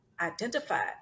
identified